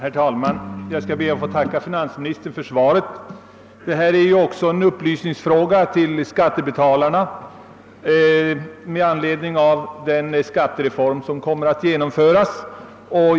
Herr talman! Jag skall be att få tacka finansministern för svaret. Detta är också en fråga om upplysning till skattebetalarna med anledning av den skattereform som kommer att genomföras.